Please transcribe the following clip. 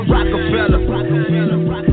Rockefeller